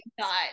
thought